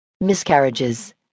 Miscarriages